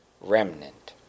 remnant